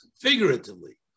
figuratively